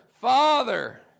Father